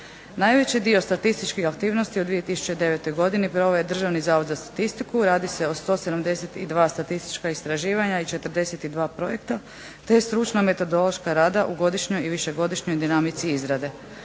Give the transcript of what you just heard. Najveći dio statističkih aktivnosti u 2009. godini proveo je Državni zavod za statistiku radi se o 172 statistička istraživanja i 42 projekta, te stručna metodološka rada u godišnjoj i višegodišnjoj dinamici izrade.